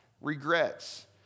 Regrets